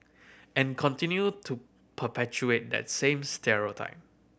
and continue to perpetuate that same stereotype